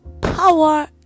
power